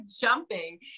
jumping